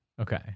Okay